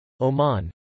Oman